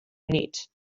units